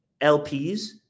LPs